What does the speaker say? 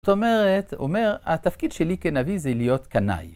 זאת אומרת, אומר, התפקיד שלי כנביא זה להיות קנאי.